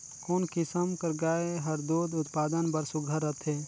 कोन किसम कर गाय हर दूध उत्पादन बर सुघ्घर रथे?